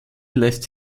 lässt